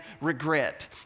regret